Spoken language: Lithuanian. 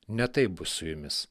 ne taip bus su jumis